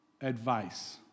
advice